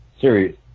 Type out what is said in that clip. Serious